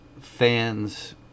fans